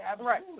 right